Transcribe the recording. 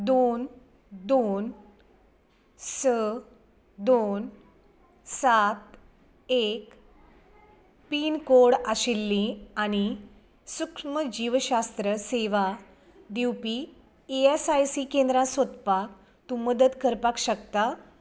दोन दोन स दोन सात एक पीन कोड आशिल्लीं आनी सूक्ष्मजीवशास्त्र सेवा दिवपी ई एस आय सी केंद्रां सोदपाक तूं मदत करपाक शकता